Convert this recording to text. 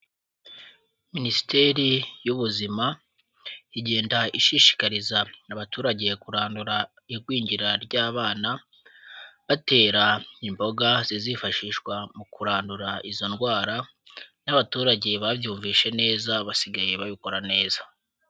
Minisiteri y'ubuzima igenda ishishikariza abaturage kurandura igwingira ry'abana, batera imboga zizifashishwa mu kurandura izo ndwara n'abaturage babyumvise neza basigaye babikora neza.